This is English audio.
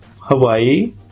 Hawaii